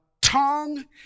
tongue